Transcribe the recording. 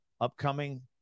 upcoming